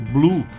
Blue